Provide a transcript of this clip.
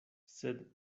sed